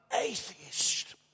atheist